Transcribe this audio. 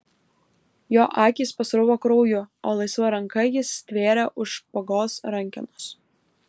jo akys pasruvo krauju o laisva ranka jis stvėrė už špagos rankenos